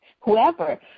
whoever